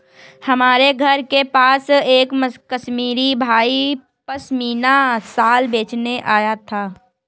हमारे घर के पास एक कश्मीरी भाई पश्मीना शाल बेचने आया था